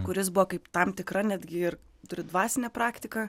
kuris buvo kaip tam tikra netgi ir turi dvasinę praktiką